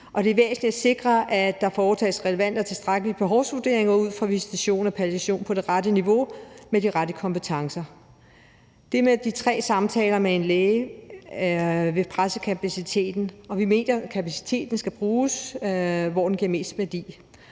Det er væsentligt at sikre, at der foretages relevante og tilstrækkelige behovsvurderinger af visitation og palliation på det rette niveau og med de rette kompetencer. Det med de tre samtaler med en læge vil presse kapaciteten, og vi mener, at kapaciteten skal bruges, hvor det giver mest værdi.